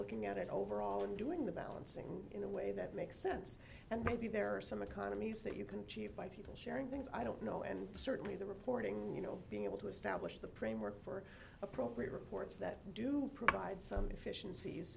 looking at it overall and doing the balancing in a way that makes sense and maybe there are some economies that you can achieve by people sharing things i don't know and certainly the reporting you know being able to establish the prime work for appropriate reports that do provide some